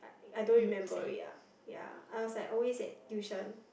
I don't remember already ya ya I was like always at tuition